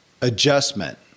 adjustment